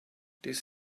this